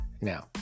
Now